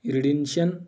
credential